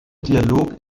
dialog